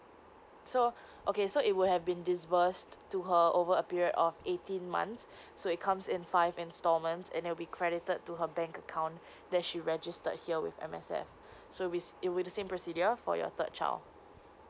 so okay so it would have been disbursed to her over a period of eighteen months so it comes in five instalments and it'll be credited to her bank account that she registered here with M_S_F so with it with the same procedure for your third child